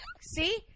See